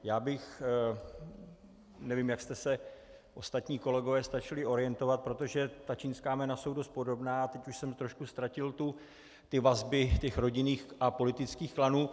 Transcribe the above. Já bych, nevím, jak jste se ostatní kolegové stačili orientovat, protože ta čínská jména jsou dost podobná a teď už jsem trošku ztratil ty vazby těch rodinných a politických klanů...